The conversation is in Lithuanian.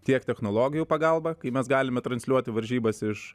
tiek technologijų pagalba kai mes galime transliuoti varžybas iš